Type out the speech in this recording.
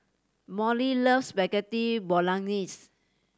Molly loves Spaghetti Bolognese